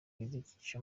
ibidukikije